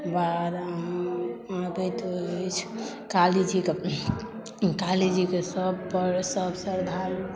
आबैत अछि कालीजीके कालीजीके सभ पर सभ श्रद्धालु